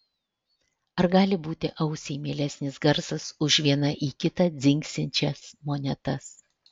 ar gali būti ausiai mielesnis garsas už viena į kitą dzingsinčias monetas